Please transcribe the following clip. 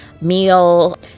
meal